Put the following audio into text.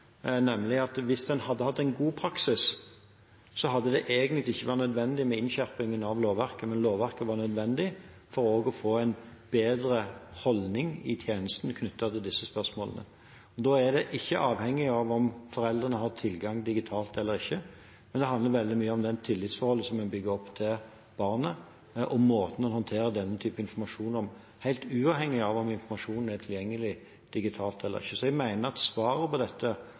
Hadde man hatt en god praksis, hadde det egentlig ikke vært nødvendig med en innskjerping av lovverket, men lovverket var nødvendig for å få en bedre holdning i tjenesten knyttet til disse spørsmålene. Da er det ikke avhengig av om foreldrene har tilgang digitalt eller ikke, men det handler veldig mye om det tillitsforholdet som man bygger til barnet, og måten man håndterer denne typen informasjon på – helt uavhengig av om informasjonen er tilgjengelig digitalt eller ikke. Jeg mener svaret på dette